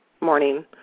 morning